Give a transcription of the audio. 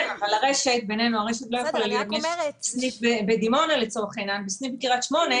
אבל בעניין סניף בדימונה וסניף בקריית שמונה,